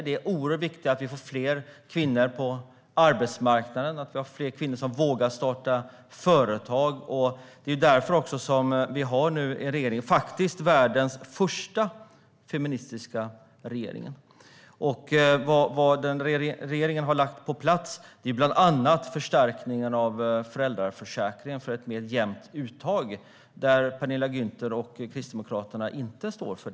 Det är oerhört viktigt att vi får fler kvinnor på arbetsmarknaden och fler kvinnor som vågar starta företag. Därför har vi nu också världens första feministiska regering. Regeringen har bland annat fått på plats en förstärkning av föräldraförsäkringen för ett mer jämnt uttag, vilket Penilla Gunther och Kristdemokraterna inte står för.